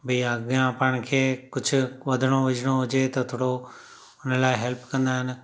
भई अॻियां पाण खे कुझु वधिणो वीझिणो हुजे त थोरो हुन लाइ हैल्प कंदा आहिनि